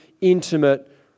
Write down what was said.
intimate